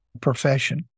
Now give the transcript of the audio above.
profession